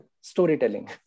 Storytelling